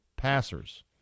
passers